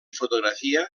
fotografia